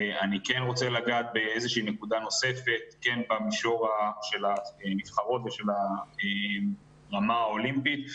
אני כן רוצה לגעת בנקודה נוספת במישור של הנבחרות או של הרמה האולימפית.